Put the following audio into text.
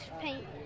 paint